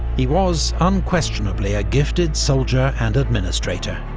he was unquestionably a gifted soldier and administrator,